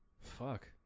Fuck